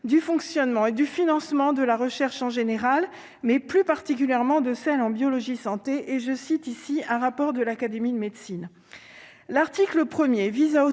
du fonctionnement et du financement de la recherche en général, mais plus particulièrement de celle en biologie santé et je cite ici un rapport de l'Académie de médecine, l'article 1er vise à autoriser